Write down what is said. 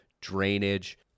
drainage